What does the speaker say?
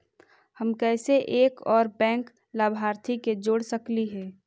हम कैसे एक और बैंक लाभार्थी के जोड़ सकली हे?